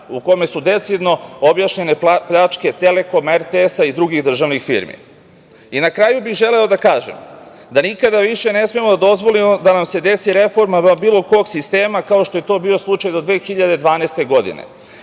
u kome su decidno objašnjene pljačke „Telekoma“, RTS i drugih državnih firmi? Na kraju bih želeo da kažem da nikada više ne smemo da dozvolimo da nam se desi reforma bilo kog sistema kao što je to bio slučaj do 2012. godine,